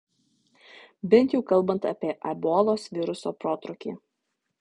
bent jau kalbant apie ebolos viruso protrūkį